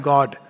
God